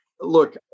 Look